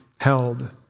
held